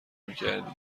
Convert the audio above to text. میکردی